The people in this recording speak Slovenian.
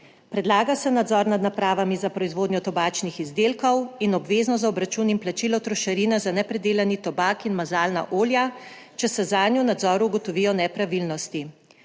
Predlaga se nadzor nad napravami za proizvodnjo tobačnih izdelkov in obvezno za obračun in plačilo trošarine za nepredelani tobak in mazalna olja, če se zanj v nadzoru ugotovijo nepravilnosti.